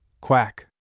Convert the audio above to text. Quack